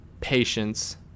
patience